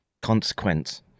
consequence